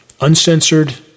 uncensored